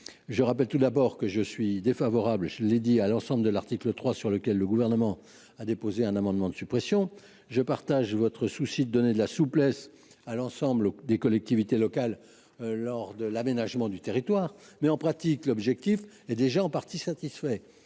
Je rappelle, tout d’abord, que je suis défavorable à l’ensemble de l’article 3, sur lequel le Gouvernement a déposé un amendement de suppression. Je partage votre volonté de donner de la souplesse à l’ensemble des collectivités locales dans le cadre de l’aménagement du territoire. Mais, dans la pratique, cet objectif est déjà en partie satisfait